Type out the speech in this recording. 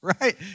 right